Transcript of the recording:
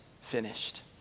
finished